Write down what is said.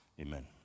amen